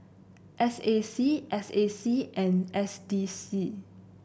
S A C S A C and S D C